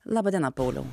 laba diena pauliau